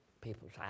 People's